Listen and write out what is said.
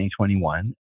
2021